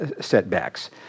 setbacks